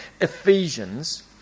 Ephesians